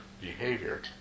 behavior